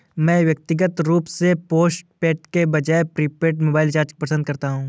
मैं व्यक्तिगत रूप से पोस्टपेड के बजाय प्रीपेड मोबाइल रिचार्ज पसंद करता हूं